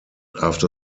after